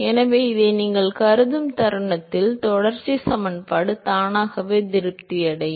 எனவே இதை நீங்கள் கருதும் தருணத்தில் தொடர்ச்சி சமன்பாடு தானாகவே திருப்தி அடையும்